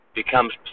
becomes